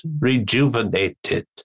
rejuvenated